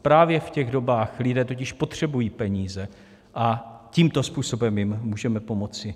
Právě v těch dobách lidé totiž potřebují peníze a tímto způsobem jim můžeme pomoci.